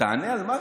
תענה על משהו.